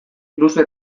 luze